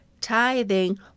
Tithing